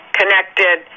connected